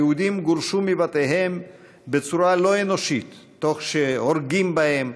היהודים גורשו מבתיהם בצורה לא אנושית תוך שהורגים בהם,